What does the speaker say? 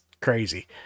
crazy